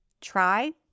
try